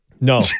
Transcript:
No